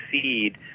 succeed